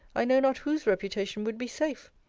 i know not whose reputation would be safe.